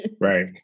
Right